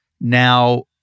now